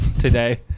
today